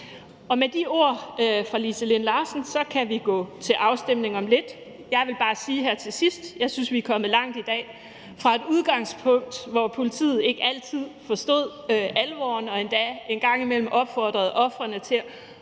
Og med de ord fra Lise Linn Larsen kan vi gå til afstemning om lidt. Jeg vil bare sige her til sidst, at jeg synes, vi er kommet langt i dag. Vi er gået fra et udgangspunkt, hvor politiet ikke altid forstod alvoren og endda en gang imellem opfordrede ofrene til